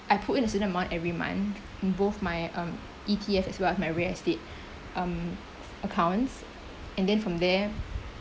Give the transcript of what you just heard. I put in a certain amount every month both my um E_T_F as well as my real estate um accounts and then from there